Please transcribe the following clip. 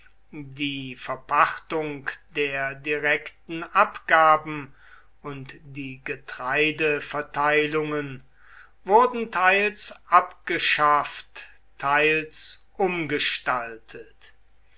die verpachtung der direkten abgaben und die getreideverteilungen wurden teils abgeschafft teils umgestaltet